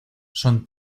son